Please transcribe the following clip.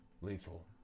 lethal